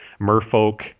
Merfolk